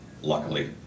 luckily